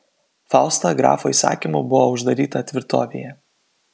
fausta grafo įsakymu buvo uždaryta tvirtovėje